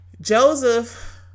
Joseph